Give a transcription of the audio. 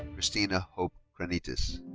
kristina hope kranites.